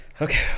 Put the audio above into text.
okay